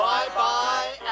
Bye-bye